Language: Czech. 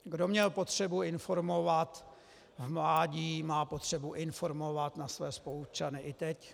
Kdo měl potřebu informovat v mládí, má potřebu informovat na své spoluobčany i teď.